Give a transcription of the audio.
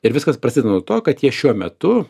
ir viskas prasideda nuo to kad jie šiuo metu